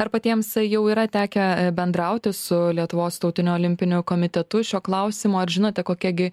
ar patiems jau yra tekę bendrauti su lietuvos tautiniu olimpiniu komitetu šiuo klausimu ar žinote kokia gi